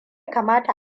kamata